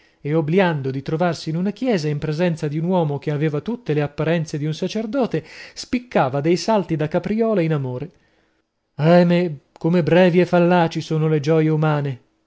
e obliando di trovarsi in una chiesa in presenza di un uomo che aveva tutte le apparenze di un sacerdote spiccava dei salti da capriola in amore ahimè come brevi e fallaci sono le gioie umane